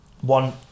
one